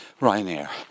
Ryanair